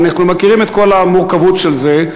ואנחנו מכירים את כל המורכבות של זה,